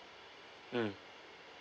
mm